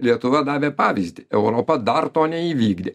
lietuva davė pavyzdį europa dar to neįvykdė